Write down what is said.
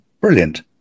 brilliant